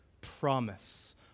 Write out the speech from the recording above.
promise